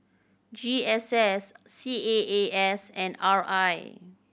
G S S C A A S and R I